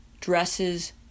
dresses